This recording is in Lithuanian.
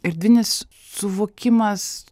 erdvinis suvokimas